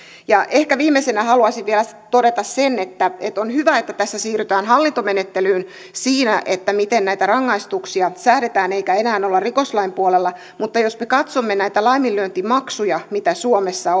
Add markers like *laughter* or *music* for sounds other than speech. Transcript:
ehkä viimeisenä haluaisin vielä todeta sen että on hyvä että tässä siirrytään hallintomenettelyyn siinä miten näitä rangaistuksia säädetään eikä enää olla rikoslain puolella mutta jos me katsomme näitä laiminlyöntimaksuja mitä suomessa *unintelligible*